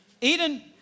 Eden